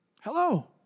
Hello